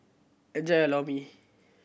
enjoy Lor Mee